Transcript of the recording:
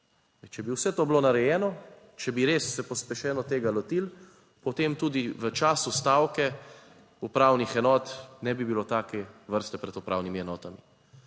Če bi vse to bilo narejeno, če bi res se pospešeno tega lotili, potem tudi v času stavke upravnih enot ne bi bilo take vrste pred upravnimi enotami.